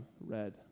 read